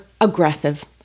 aggressive